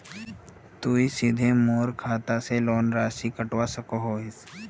तुई सीधे मोर खाता से लोन राशि कटवा सकोहो हिस?